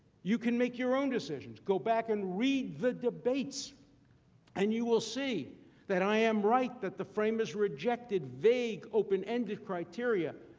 you can make your own decisions. go back and read the debates and you will see that i am right, the framers rejected vague, open-ended criteria,